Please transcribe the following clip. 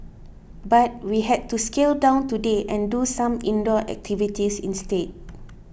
but we had to scale down today and do some indoor activities instead